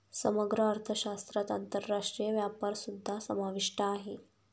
समग्र अर्थशास्त्रात आंतरराष्ट्रीय व्यापारसुद्धा समाविष्ट आहे